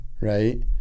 right